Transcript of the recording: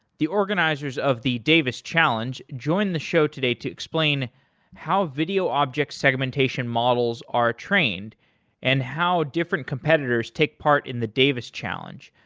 the organizers of the davis challenge join the show today to explain how video object segmentation models are trained and how different competitors take part in the davis challenge.